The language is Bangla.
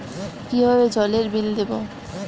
কিভাবে জলের বিল দেবো?